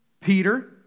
Peter